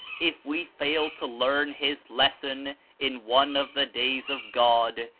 if we fail to learn his lesson in one of the days of god,